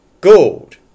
gold